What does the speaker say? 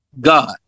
God